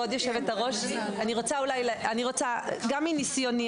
גם מניסיוני,